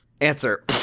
Answer